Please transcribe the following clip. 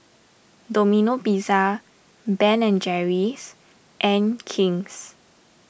Domino Pizza Ben and Jerry's and King's